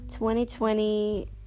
2020